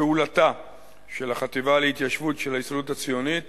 פעולתה של החטיבה להתיישבות של ההסתדרות הציונית